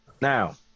Now